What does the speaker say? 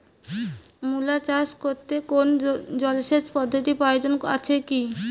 মূলা চাষ করতে কোনো জলসেচ পদ্ধতির প্রয়োজন আছে কী?